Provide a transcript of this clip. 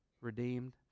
redeemed